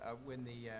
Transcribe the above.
ah when the,